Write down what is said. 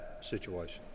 situation